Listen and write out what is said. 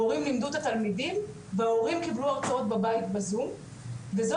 המורים לימדו את התלמידים וההורים קיבלו הרצאות בבית בזום וזו